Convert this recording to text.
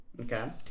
Okay